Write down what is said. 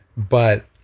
but